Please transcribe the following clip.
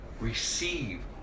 receive